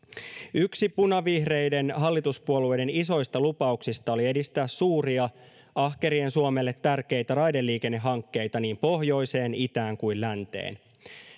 yksi punavihreiden hallituspuolueiden isoista lupauksista oli edistää suuria suomelle tärkeitä raideliikennehankkeita niin pohjoiseen itään kuin länteen